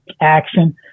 action